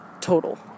total